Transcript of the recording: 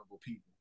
people